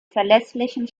verlässlichen